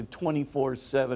24-7